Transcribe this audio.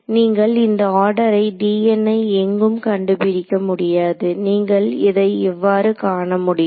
நீங்கள் இந்த ஆர்டரை ஐ எங்கும் கண்டுபிடிக்க முடியாது நீங்கள் அதை இவ்வாறு காண முடியும்